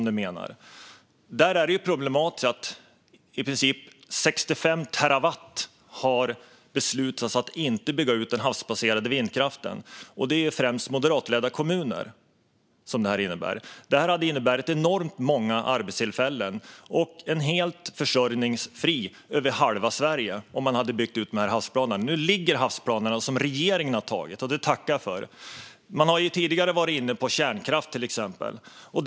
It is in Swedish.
Det är problematiskt att det har beslutats att inte bygga ut den havsbaserade vindkraften med ungefär 65 terawattimmar. Detta har främst att göra med moderatledda kommuner. Utbyggnaden med dessa havsplaner hade inneburit enormt många arbetstillfällen och motsvarat elförsörjningen för halva Sverige. Nu ligger de havsplaner som regeringen har antagit, och det tackar jag för. Man har ju tidigare varit inne på till exempel kärnkraft.